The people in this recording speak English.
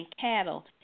cattle